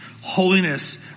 holiness